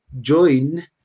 join